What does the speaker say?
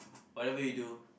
by the way though